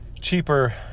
cheaper